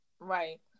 Right